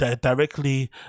directly